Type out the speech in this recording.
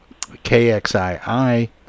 KXII